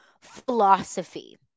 philosophy